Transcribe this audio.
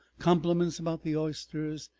compliments about the oysters.